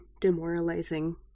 demoralizing